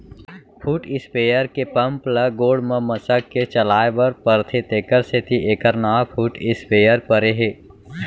foot sprayer के pump ल गोड़ म मसक के चलाए बर परथे तेकर सेती एकर नांव फुट स्पेयर परे हे